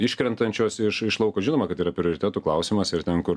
iškrentančios iš iš lauko žinoma kad yra prioritetų klausimas ir ten kur